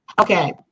Okay